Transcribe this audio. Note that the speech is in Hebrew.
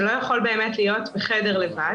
שלא יכול להיות לבד בחדר,